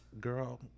girl